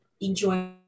enjoy